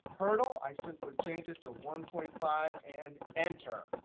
hurdle, i simply change it to one point five and enter.